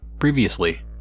previously